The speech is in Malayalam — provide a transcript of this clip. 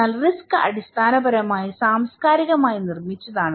എന്നാൽ റിസ്ക് അടിസ്ഥാനപരമായി സാംസ്കാരികമായി നിർമ്മിച്ചതാണ്